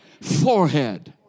Forehead